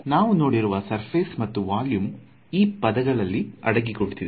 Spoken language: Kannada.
ನಾವು ನೋಡಿರುವ ಸರ್ಫೆಸ್ ಮತ್ತು ವಲ್ಯೂಮ್ ಈ ಪದಗಳಲ್ಲಿ ಅಡಗಿ ಕೂತಿವೆ